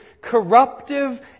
corruptive